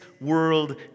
world